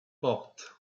porte